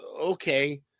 okay